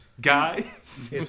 guys